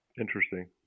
Interesting